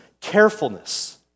carefulness